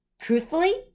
Truthfully